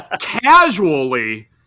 casually